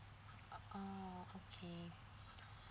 ah oh okay